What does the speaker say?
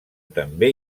també